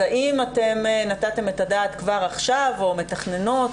אז האם אתם נתתם את הדעת כבר עכשיו או מתכננות,